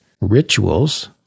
rituals